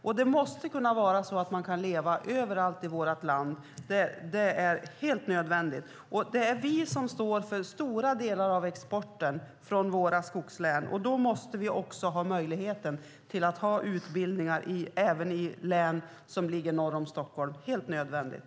Man måste kunna leva överallt i vårt land. Det är helt nödvändigt. Det är skogslänen som står för stora delar av exporten. Då måste vi också ha möjlighet att ha utbildningar även i län som ligger norr om Stockholm. Det är helt nödvändigt.